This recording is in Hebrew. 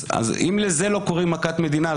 אם לזה לא קוראים מכת מדינה,